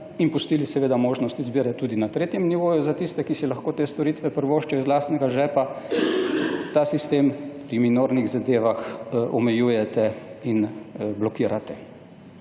in pustili seveda možnost izbire tudi na tretjem nivoju za tiste, ki si lahko te storitve privoščijo iz lastnega žepa, ta sistem pri minornih zadevah omejujete in blokirate.